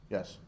Yes